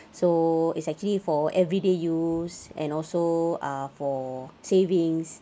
so it's actually for everyday use and also are for savings